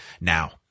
now